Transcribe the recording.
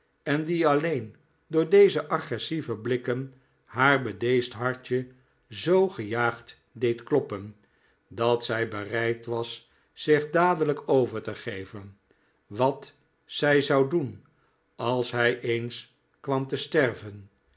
en die alleen door deze agressieve blikken haar bedeesd hartje zoo gejaagd deed kloppen dat zij bereid was zich dadelijk over te geven wat zij zou doen als hij eens kwam te sterven